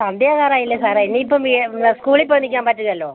സന്ധ്യ ആകാറായില്ലേ സാറെ ഇനി ഇപ്പം വീട് എന്താണ് സ്കൂളിൽ പോയി നിൽക്കാൻ പറ്റില്ലല്ലോ